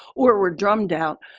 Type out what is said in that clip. or were drummed out.